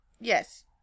Yes